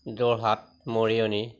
Jorhat Mariani